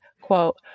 quote